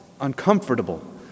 uncomfortable